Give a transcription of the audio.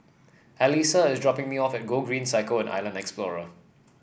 Allyssa is dropping me off at Gogreen Cycle and Island Explorer